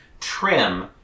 trim